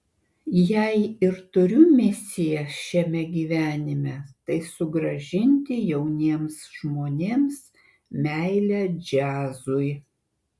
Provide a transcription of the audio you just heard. jei ir turiu misiją šiame gyvenime tai sugrąžinti jauniems žmonėms meilę džiazui